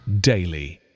daily